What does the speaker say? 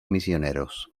misioneros